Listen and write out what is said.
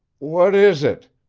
what is it?